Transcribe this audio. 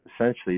essentially